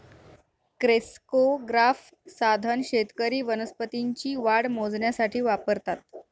crescograph साधन शेतकरी वनस्पतींची वाढ मोजण्यासाठी वापरतात